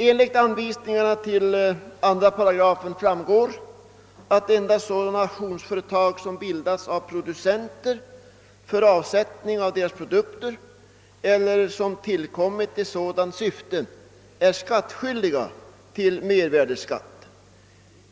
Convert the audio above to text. Av anvisningarna till 2 § framgår, att endast sådana auktionsföretag som bildats av producenter för avsättning av deras produkter eller som tillkommit för sådant syfte är redovisningsskyldiga för mervärdeskatt.